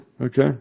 Okay